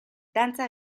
dantza